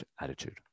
attitude